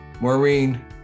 Maureen